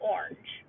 Orange